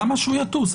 למה שהוא יטוס?